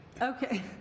okay